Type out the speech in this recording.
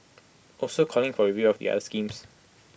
also calling for A review of the schemes